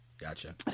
Gotcha